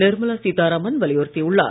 நிர்மலா சீதாராமன் வலியுறுத்தியுள்ளார்